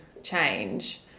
change